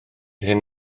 hyn